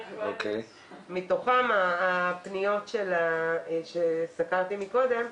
הפניות עליהן דיברתי קודם,